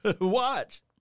watch